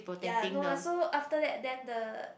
ya no lah so after that then the